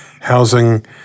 housing